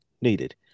needed